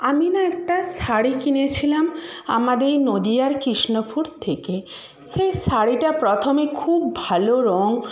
আমি না একটা শাড়ি কিনেছিলাম আমাদের নদিয়ার কৃষ্ণপুর থেকে সেই শাড়িটা প্রথমে খুব ভালো রং